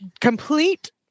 complete